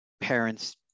parents